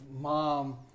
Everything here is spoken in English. mom